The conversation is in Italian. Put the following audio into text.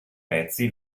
pezzi